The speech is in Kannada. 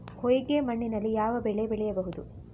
ಹೊಯ್ಗೆ ಮಣ್ಣಿನಲ್ಲಿ ಯಾವ ಬೆಳೆ ಬೆಳೆಯಬಹುದು?